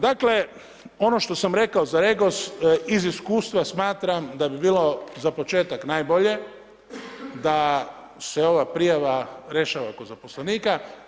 Dakle, ono što sam rekao za REGOS iz iskustva smatram da bi bilo za početak najbolje da se ova prijava rješava kod zaposlenika.